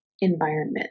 environment